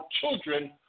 children